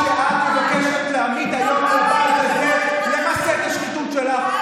אדוני, למעלה מעשור לא טסתי לחו"ל,